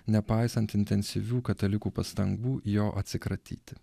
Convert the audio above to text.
nepaisant intensyvių katalikų pastangų jo atsikratyti